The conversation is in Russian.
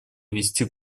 вести